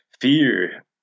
Fear